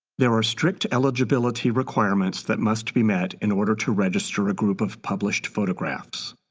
there are strict eligibility requirements that must be met in order to register a group of published photographs.